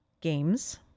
games